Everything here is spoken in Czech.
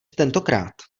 tentokrát